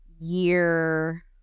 year